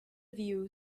view